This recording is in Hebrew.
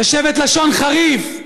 לשבט לשון חריף.